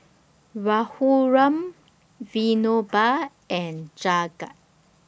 Raghuram Vinoba and Jagat